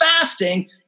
fasting